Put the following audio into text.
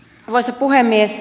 arvoisa puhemies